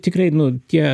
tikrai nu tie